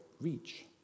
reach